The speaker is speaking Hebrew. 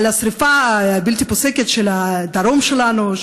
על השרפה הבלתי-פוסקת של הדרום שלנו,